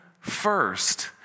first